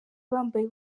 bambaye